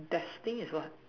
destined is what